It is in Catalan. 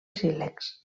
sílex